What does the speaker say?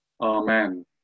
Amen